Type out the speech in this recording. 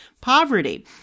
poverty